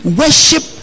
worship